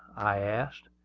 i asked,